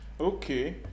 Okay